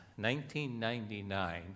1999